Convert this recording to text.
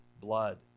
blood